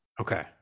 Okay